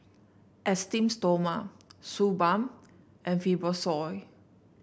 Esteem Stoma Suu Balm and Fibrosol